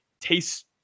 tastes